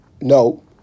no